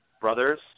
brothers